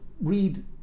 Read